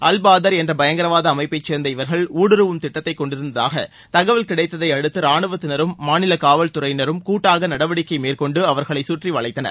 அல்பாதர் என்ற பயங்கரவாத அமைப்பை சேர்ந்த இவர்கள் ஊடுருவும் திட்டத்தை கொண்டிருப்பதாக தகவல் கிடைத்ததை அடுத்து ரானுவத்தினரும் மாநில காவல்துறையினரும் கூட்டாக நடவடிக்கை மேற்கொண்டு அவர்களை சுற்றி வளைத்தனர்